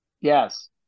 Yes